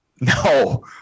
No